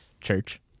church